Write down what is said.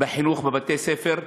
בחינוך בבתי-ספר,